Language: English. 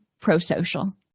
pro-social